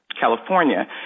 California